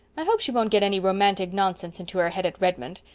i hope she won't get any romantic nonsense into her head at redmond.